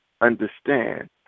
understand